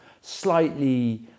slightly